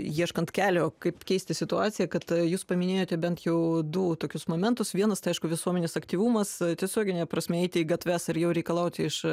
ieškant kelio kaip keisti situaciją kad jūs paminėjote bent jau du tokius momentus vienas tai aišku visuomenės aktyvumas tiesiogine prasme eiti į gatves ir jau reikalauti iš